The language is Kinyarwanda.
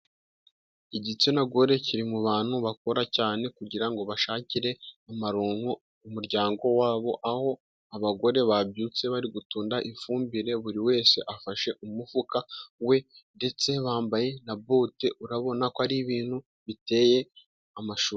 Igitsina gore kiri mubantu bakora cyane kugirango bashakire amaronko umuryango wabo , aho abagore babyutse bari gutunda ifumbire buri wese afashe umufuka we ndetse bambaye na bote urabona ko ari ibintu biteye amashu.